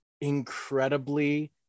incredibly